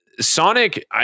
Sonic